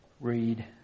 read